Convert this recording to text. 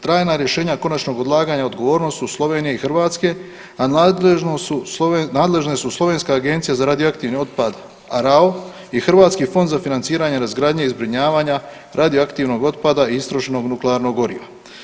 Trajna rješenja konačnog odlaganja odgovornost u Sloveniji i Hrvatske, a nadležne su slovenska Agencija za radioaktivni otpad ARAU i Hrvatski fond za financiranje razgradnje i zbrinjavanja radioaktivnog otpada i istrošnog nuklearnog goriva.